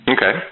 Okay